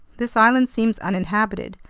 this island seems uninhabited,